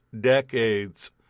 decades